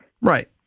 Right